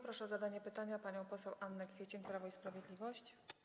Proszę o zadanie pytania panią poseł Annę Kwiecień, Prawo i Sprawiedliwość.